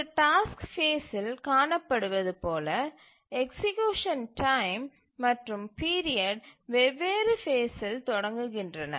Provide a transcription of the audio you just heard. ஒரு டாஸ்க் பேஸில் காணப்படுவது போல எக்சீக்யூசன் டைம் மற்றும் பீரியட் வெவ்வேறு பேஸில் தொடங்குகின்றன